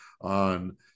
on